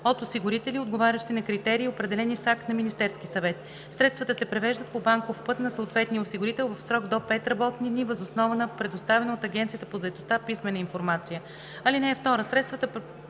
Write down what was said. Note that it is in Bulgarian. от осигурители, отговарящи на критерии, определени с акт на Министерски съвет. Средствата се превеждат по банков път на съответния осигурител в срок до пет работни дни въз основа на предоставена от Агенцията по заетостта писмена информация. (2) Средствата,